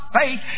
faith